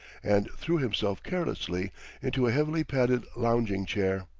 and threw himself carelessly into a heavily padded lounging-chair,